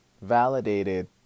validated